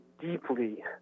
deeply